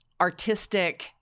artistic